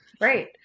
right